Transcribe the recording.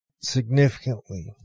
significantly